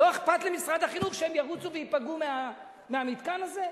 לא אכפת למשרד החינוך שהם ירוצו וייפגעו מהמתקן הזה,